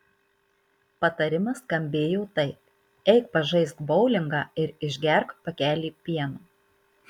patarimas skambėjo taip eik pažaisk boulingą ir išgerk pakelį pieno